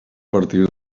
partir